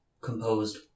composed